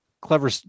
clever